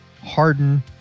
harden